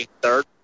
third